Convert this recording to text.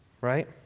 right